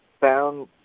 found